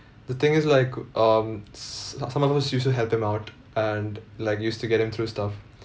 the thing is like um s~ someone who's used to help him out and like used to get him through stuff